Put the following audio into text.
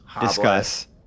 discuss